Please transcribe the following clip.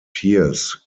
pierce